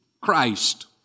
Christ